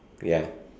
ya